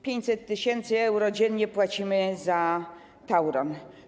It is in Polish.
500 tys. euro dziennie płacimy za Tauron.